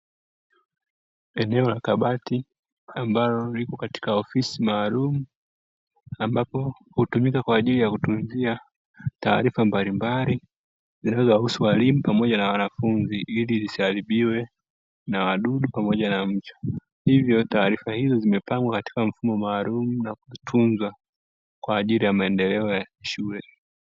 Eneo la kabati ambalo lipo katika ofisi maalumu ambapo hutumika kwa ajili ya kutunzia taarifa mbalimbali zinazowahusu walimu na wanafunzi ili zisiharibiwe na wadudu pamoja na mchwa, hivyo taarifa hizo zimepangwa katika mfumo maalumu na kutunzwa kwa ajili ya maendeleo ya shule.